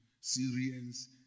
Syrians